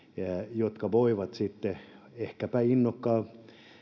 joka voi sitten ehkäpä innokkaan